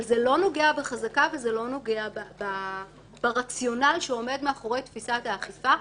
אבל זה לא נוגע בחזקה וזה לא נוגע ברציונל שעומד מאחורי תפיסת האכיפה,